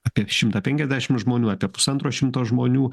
apie šimtą penkiasdešimt žmonių apie pusantro šimto žmonių